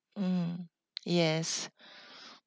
mm yes